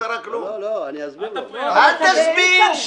אל תסביר.